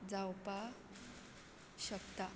जावपा शकता